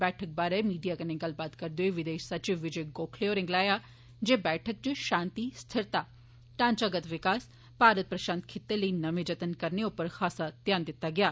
बैठक बारे मीडिया कन्नै गल्लबात करदे होई विदेष सचिव विजय गोखले होरें गलाया जे बैठक च षांति स्थिरता ढांचागत विकास भारत प्रषांत खित्ते लेई नमें जतन करने उप्पर खास ध्यान दित्ता गेआ